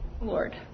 Lord